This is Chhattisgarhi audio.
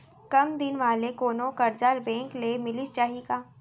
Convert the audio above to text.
कम दिन वाले कोनो करजा बैंक ले मिलिस जाही का?